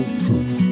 proof